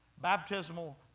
Baptismal